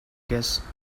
guests